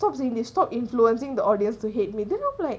stop saying this stop influencing the audience to hate me then like